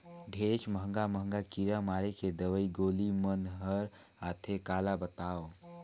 ढेरेच महंगा महंगा कीरा मारे के दवई गोली मन हर आथे काला बतावों